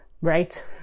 right